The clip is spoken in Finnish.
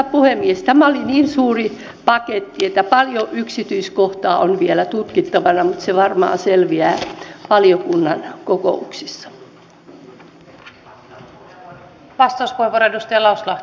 tämä oli niin suuri paketti että paljon yksityiskohtia on vielä tutkittavana mutta se varmaan selviää valiokunnan kokouksissa